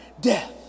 death